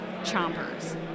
Chompers